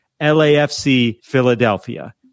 LAFC-Philadelphia